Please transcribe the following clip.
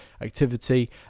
activity